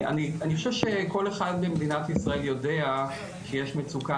אני חושב שכל אחד במדינת ישראל יודע שיש מצוקה